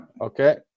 Okay